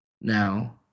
now